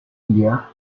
india